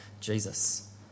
Jesus